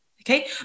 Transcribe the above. Okay